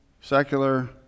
secular